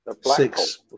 Six